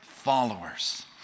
followers